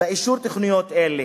באישור תוכניות אלה,